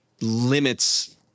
limits